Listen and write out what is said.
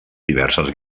diverses